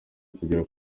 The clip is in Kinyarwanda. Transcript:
kugera